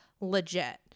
legit